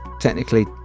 technically